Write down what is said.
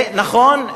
נכון,